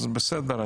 אז בסדר,